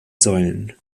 säulen